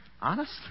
Honest